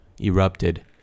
erupted